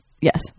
yes